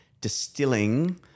distilling